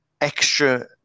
extra